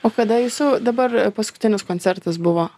o kada jūsų dabar paskutinis koncertas buvo